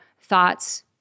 thoughts